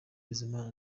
bizimana